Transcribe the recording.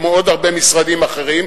כמו עוד הרבה משרדים אחרים,